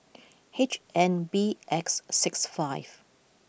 H N B X six five